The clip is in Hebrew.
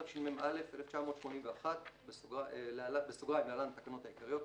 התשמ"א-1981 (להלן - התקנות העיקריות),